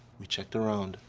we checked around.